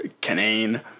Canaan